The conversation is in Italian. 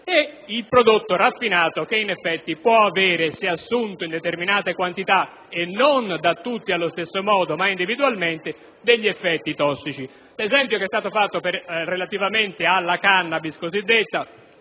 e il prodotto raffinato che effettivamente può avere, se assunto in determinate quantità (e non da tutti allo stesso modo ma individualmente), degli effetti tossici. L'esempio fatto dal senatore Giovanardi, relativamente alla *cannabis*, si